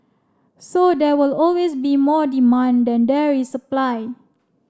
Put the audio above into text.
so there will always be more demand than there is supply